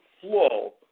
flow